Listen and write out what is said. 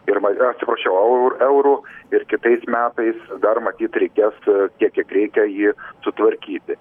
ir atsiprašau eu eurų ir kitais metais dar matyt reikėtų tiek kiek reikia jį sutvarkyti